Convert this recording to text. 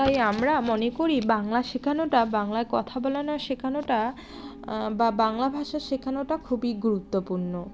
তাই আমরা মনে করি বাংলা শেখানোটা বাংলায় কথা বলানো শেখানোটা বা বাংলা ভাষা শেখানোটা খুবই গুরুত্বপূর্ণ